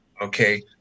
okay